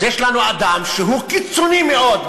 אז יש לנו אדם שהוא קיצוני מאוד,